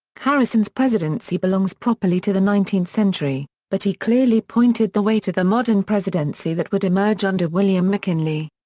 harrison's presidency belongs properly to the nineteenth century, but he clearly pointed the way to the modern presidency that would emerge under william mckinley.